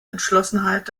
entschlossenheit